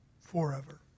forever